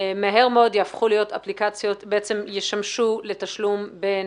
מהר מאוד יהפכו להיות אפליקציות שבעצם ישמשו לתשלום בין